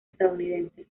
estadounidenses